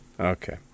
Okay